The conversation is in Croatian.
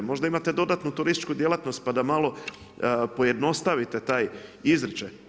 Možda imate dodatnu turističku djelatnost pa da malo pojednostavite taj izričaj.